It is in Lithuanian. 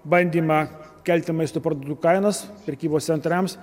bandymą kelti maisto produktų kainas prekybos centrams